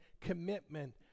commitment